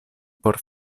por